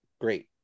Great